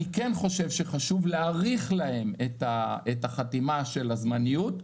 אני כן חושב שחשוב להאריך להם את החתימה של הזמניות,